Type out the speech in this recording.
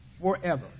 forever